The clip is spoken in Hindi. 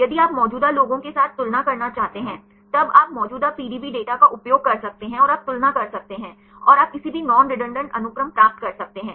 यदि आप मौजूदा लोगों के साथ तुलना करना चाहते हैं तब आप मौजूदा पीडीबी डेटा का उपयोग कर सकते हैं और आप तुलना कर सकते हैं और आप किसी भी नॉन रेडंडान्त अनुक्रम प्राप्त कर सकते हैं